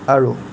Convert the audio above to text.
আৰু